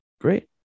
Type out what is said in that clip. great